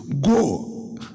go